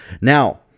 Now